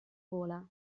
vola